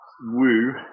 Woo